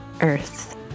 earth